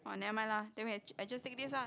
or never mind lah then we I just take this ah